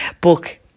book